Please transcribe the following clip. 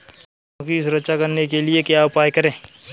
फसलों की सुरक्षा करने के लिए क्या उपाय करें?